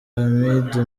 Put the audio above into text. hamidu